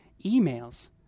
emails